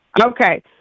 Okay